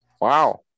Wow